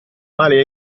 male